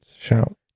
Shout